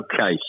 Okay